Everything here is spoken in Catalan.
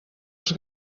els